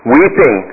Weeping